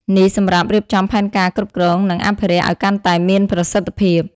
នេះសម្រាប់រៀបចំផែនការគ្រប់គ្រង និងអភិរក្សឱ្យកាន់តែមានប្រសិទ្ធភាព។